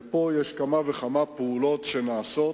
ופה יש כמה וכמה פעולות שנעשות,